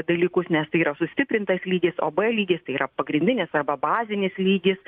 dalykus nes tai yra sustiprintas lygis o b lygis tai yra pagrindinis arba bazinis lygis